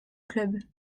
club